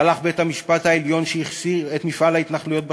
סלח בית-המשפט העליון שהכשיר את מפעל ההתנחלויות בשטחים.